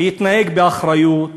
להתנהג באחריות,